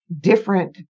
different